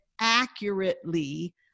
accurately